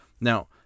Now